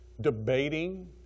debating